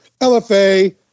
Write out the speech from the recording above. LFA